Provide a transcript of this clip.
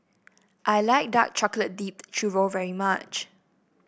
I like Dark Chocolate Dipped Churro very much